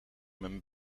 mijn